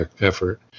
effort